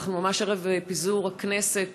אנחנו ממש ערב פיזור הכנסת,